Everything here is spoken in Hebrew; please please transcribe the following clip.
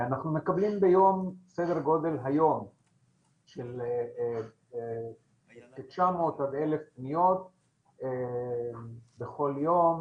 היום אנחנו מקבלים ביום סדר גודל של 900 עד 1,000 פניות בכל יום,